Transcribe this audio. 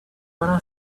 but